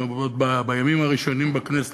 עוד בימים הראשונים בכנסת,